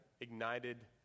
ignited